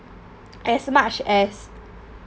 as much as